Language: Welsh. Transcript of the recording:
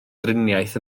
driniaeth